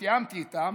תיאמתי איתם,